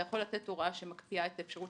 אתה יכול לתת הוראה שמקפיאה את האפשרות